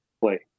play